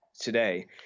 today